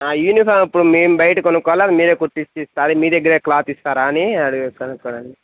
uniform ఇప్పుడు మేము బయట కొనుక్కోవాలి మీరే కుట్టిచి ఇస్తారా మీ దగ్గరే క్లాత్ ఇస్తారని కొనుక్కోవడానికి